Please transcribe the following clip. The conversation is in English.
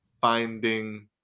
Finding